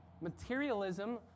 Materialism